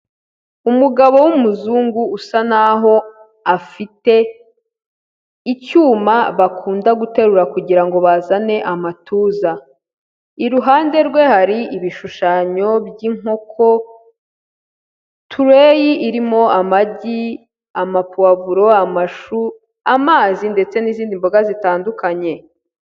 Umugabo w'umuzungu usa n'aho afite icyuma bakunda guterura kugira ngo bazane amatuza, iruhande rwe hari ibishushanyo by'inkoko itureyi irimo amagi, amapuwavuro, amazi ndetse n'izindi mboga zitandukanye.